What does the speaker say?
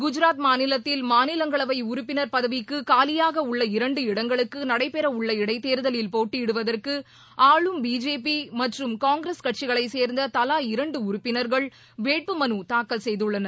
குஜராத் மாநிலத்தில் மாநிலங்களவை உறுப்பினர் பதவிக்கு காலியாக உள்ள இரன்டு இடங்களுக்கு நடைபெற உள்ள இடைத்தேர்தலில் போட்டியிடுவதற்கு ஆளும் பிஜேபி மற்றும் காங்கிரஸ் கட்சிகளை சேர்ந்த தலா இரண்டு உறுப்பினர்கள் வேட்பு மனு தாக்கல் செய்துள்ளனர்